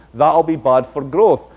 that will be bad for growth.